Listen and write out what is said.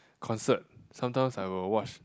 concert sometimes I will watch